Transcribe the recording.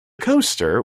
coaster